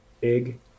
Big